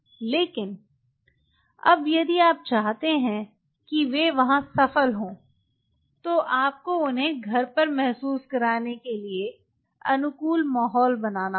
लेकिन अब यदि आप चाहते हैं कि वे वहां सफल हों तो आपको उन्हें घर पर महसूस करने के लिए अनुकूल माहौल बनाना होगा